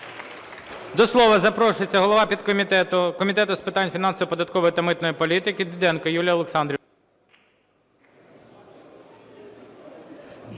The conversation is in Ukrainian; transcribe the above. До слова запрошується голова підкомітету Комітету з питань фінансової, податкової та митної політики Діденко Юлія Олександрівна.